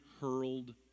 hurled